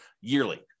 yearly